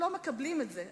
לא מקבלים את זה,